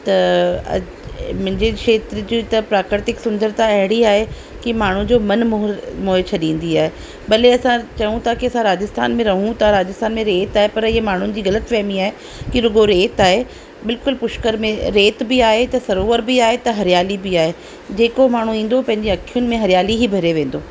त मुंहिंजे खेत्र जी त प्रकृतिक सुंदरता अहिड़ी आहे की माण्हू जो मन मोह मोहे छॾींदी आहे भले असां चऊं था की असां राजस्थान में रहूं था राजस्थान में रही था पर ईअं माण्हुनि जी ग़लति फैमिली आहे की रुगो रीत आहे बिल्कुलु पुष्कर में रेत बि आहे त सरोवर बि आहे त हरियाली बि आहे जेको माण्हू ईंदो पंहिंजी अखियुनि में हरियाली हीअ भरे वेंदो